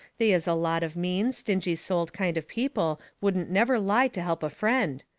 they is a lot of mean, stingy-souled kind of people wouldn't never lie to help a friend,